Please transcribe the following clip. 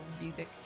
music